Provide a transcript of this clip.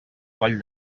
coll